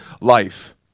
life